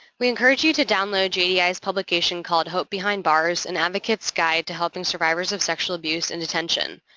we encourage you to download jdi's publication called hope behind bars an advocate's guide to helping survivors of sexual abuse in detention.